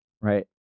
Right